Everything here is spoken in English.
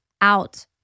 out